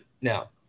now